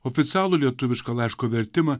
oficialų lietuvišką laiško vertimą